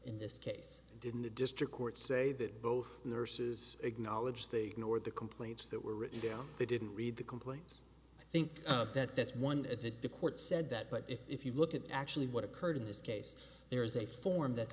in this case didn't the district court say that both nurses acknowledged the nor the complaints that were written down they didn't read the complaint i think that that's one of the decor it said that but if you look at actually what occurred in this case there is a form that